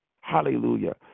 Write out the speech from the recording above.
Hallelujah